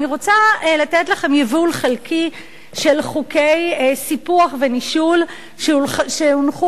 אני רוצה לתת לכם יבול חלקי של חוקי סיפוח ונישול שהונחו